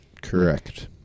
Correct